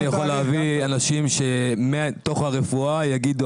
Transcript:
אני יכול להביא אנשים מתוך הרפואה והם יגידו